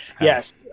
Yes